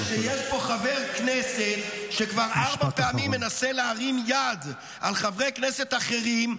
-- חבר כנסת שכבר ארבע פעמים מנסה להרים יד על חברי כנסת אחרים,